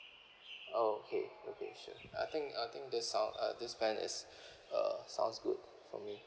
oh okay sure I think I think that sounds uh this plan is uh sounds good for me